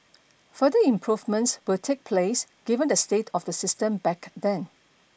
further improvements will take place given the state of the system back then